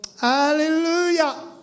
Hallelujah